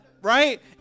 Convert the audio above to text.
Right